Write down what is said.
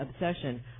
obsession